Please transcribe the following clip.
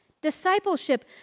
Discipleship